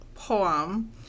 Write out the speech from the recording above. poem